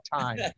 time